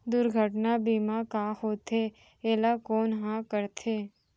दुर्घटना बीमा का होथे, एला कोन ह करथे?